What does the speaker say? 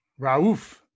Rauf